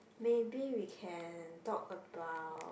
maybe we can talk about